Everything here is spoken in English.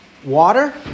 Water